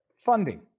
Funding